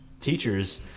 teachers